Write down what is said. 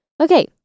Okay